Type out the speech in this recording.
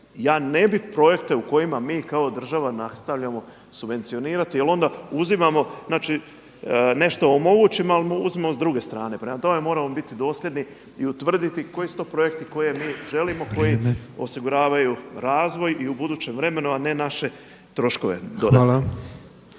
Ja ne bih projekte u kojima mi kao država nastavljamo subvencionirati jer onda uzimamo, znači nešto omogućimo ali uzmemo s druge strane. Prema tome, moramo biti dosljedni i utvrditi koji su to projekti koje mi želimo, koji osiguravaju razvoj i u budućem vremenu a ne naše troškove.